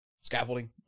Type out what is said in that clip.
scaffolding